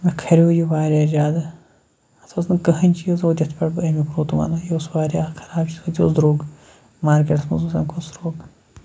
مےٚ کھَریو یہِ واریاہ زیادٕ اَتھ اوس نہٕ کٕہٕنۍ چیٖز رُت یِتھ پٲٹھۍ بہٕ اَمیُک رُت وَنَے یہِ اوس واریاہ خراب چیٖز ہُہ تہِ درٛوگ مارکیٹَس منٛز اوس اَمہِ کھۄتہٕ سرٛوٚگ